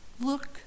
Look